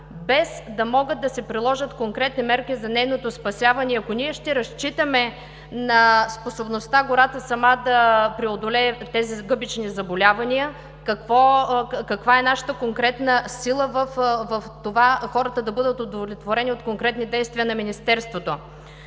без да могат да се приложат конкретни мерки за нейното спасяване. Ако ние ще разчитаме на способността гората сама да преодолее тези гъбични заболявания, каква е нашата конкретна сила хората да бъдат удовлетворени от конкретни действия на Министерството?